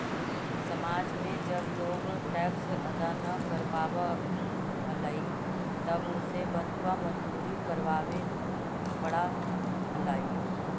समाज में जब लोग टैक्स अदा न कर पावा हलाई तब उसे बंधुआ मजदूरी करवावे पड़ा हलाई